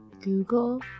google